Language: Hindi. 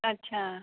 अच्छा